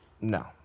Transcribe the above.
No